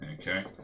Okay